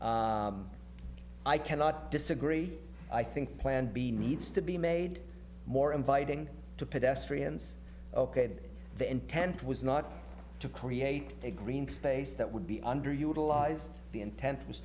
know i cannot disagree i think plan b needs to be made more inviting to pedestrians okayed the intent was not to create a green space that would be under utilized the intent was